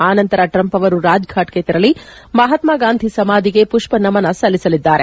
ಆ ನಂತರ ಟ್ರಂಪ್ ಅವರು ರಾಜ್ಫಾಟ್ಗೆ ತೆರಳಿ ಮಹಾತ್ನ ಗಾಂಧಿ ಸಮಾಧಿಗೆ ಮಷ್ವ ನಮನ ಸಲ್ಲಿಸಲಿದ್ದಾರೆ